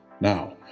Now